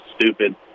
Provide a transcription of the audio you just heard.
stupid